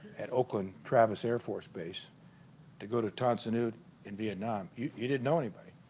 at oakland travis air force base to go to tan son nhut in vietnam you you didn't know anybody